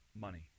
money